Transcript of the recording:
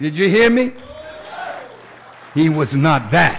did you hear me he was not that